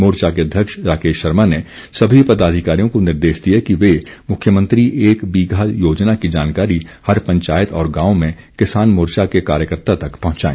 मोर्चा के अध्यक्ष राकेश शर्मा ने सभी पदाधिकारियों को निर्देश दिए कि वे मुख्यमंत्री एक बीघा योजना की जानकारी हर पंचायत और गांव में किसान मोर्चा के कार्यकर्ता तक पहुंचाएं